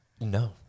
No